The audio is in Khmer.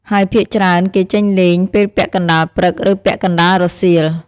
ហើយភាគច្រើន គេចេញលេងពេលពាក់កណ្ដាលព្រឹក ឬ ពាក់កណ្ដាលរសៀល។